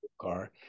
car